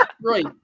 right